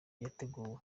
yateguwe